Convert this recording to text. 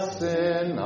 sin